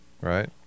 right